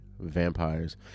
vampires